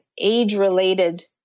age-related